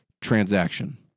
transaction